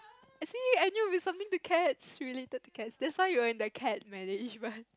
I see I knew with something the cats related to cats that's why you're in the cat management